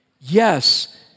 Yes